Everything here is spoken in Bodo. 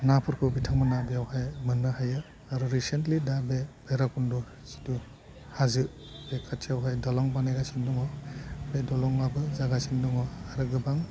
नाफोरखौ बिथांमोनहा बेयावहाय मोननो हायो आरो रिसेनलि दा बे भैरब कन्ड' जिथ हाजो बे खाथियाव दलं बानायगासिनो दङ बे दलङाबो जागासिनो दङ आरो गोबां